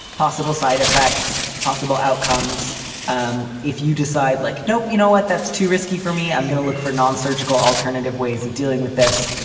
possible side effects, possible outcomes um if you decide. like nope. you know what? that's too risky for me. i'm going to look for non-surgical alternative ways of dealing with this.